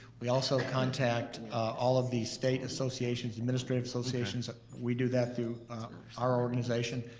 we also contact all of these state associations, the administrative associations. we do that through our organization,